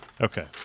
Okay